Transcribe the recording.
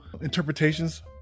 interpretations